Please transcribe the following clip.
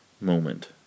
moment